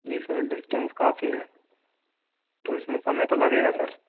जी sir distance काफ़ी है तो इसमें समय तो लगेगा सर